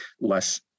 less